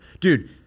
Dude